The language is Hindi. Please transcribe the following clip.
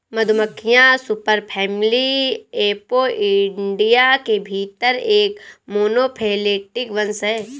मधुमक्खियां सुपरफैमिली एपोइडिया के भीतर एक मोनोफैलेटिक वंश हैं